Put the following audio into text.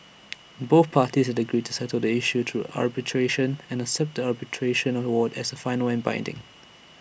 both parties had agreed to settle the issue through arbitration and accept the arbitration award as final and binding